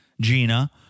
Gina